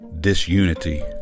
disunity